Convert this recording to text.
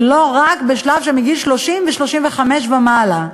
ולא רק בשלב של גיל 33 או 35 ומעלה,